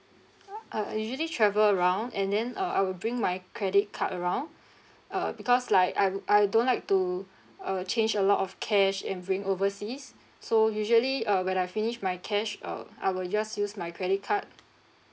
I usually travel around and then uh I will bring my credit card around uh because like I'm I don't like to uh change a lot of cash and bring overseas so usually uh when I finish my cash uh I will just use my credit card